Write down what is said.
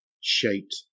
shaped